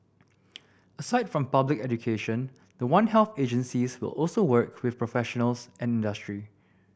aside from public education the One Health agencies will also work with professionals and industry